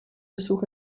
besuch